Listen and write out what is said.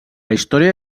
història